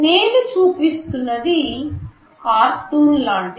నేను చూపిస్తున్నది కార్టూన్ లాంటిది